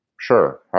sure